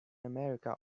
america